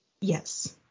yes